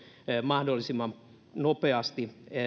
mahdollisimman nopeasti